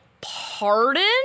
Pardon